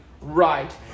right